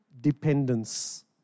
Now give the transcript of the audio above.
dependence